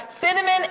cinnamon